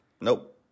Nope